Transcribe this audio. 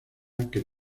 que